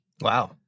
Wow